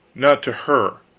not to her.